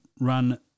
run